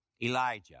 Elijah